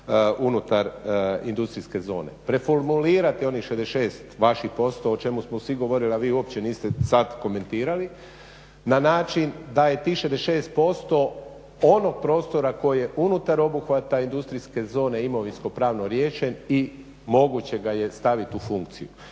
unutar industrijske zone. Preformulirati onih 66 vaših posto o čemu smo svi govorili, a vi uopće niste sada komentirali na način da je tih 66% onog prostora koje je unutar obuhvata industrijske zone imovinskopravno riješen i moguće ga je staviti u funkciju